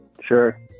Sure